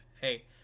Hey